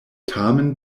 tamen